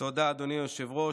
תודה, אדוני היושב-ראש.